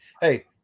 Hey